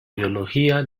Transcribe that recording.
biología